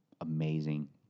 amazing